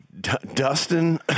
Dustin